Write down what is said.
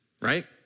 right